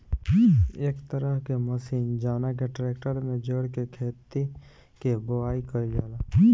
एक तरह के मशीन जवना के ट्रेक्टर में जोड़ के खेत के बोआई कईल जाला